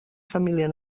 família